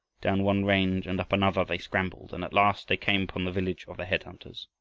down one range and up another they scrambled and at last they came upon the village of the head-hunters.